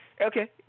Okay